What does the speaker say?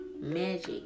magic